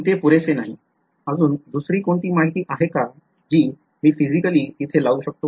ते पुरेसे नाही अजून दुसरी कोणती माहिती आहे का जी मी physically इथे लावू शकतो